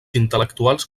intel·lectuals